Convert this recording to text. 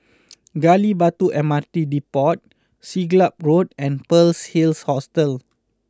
Gali Batu M R T Depot Siglap Road and Pearl's Hills Hostel